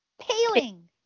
paling